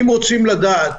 אם רוצים לדעת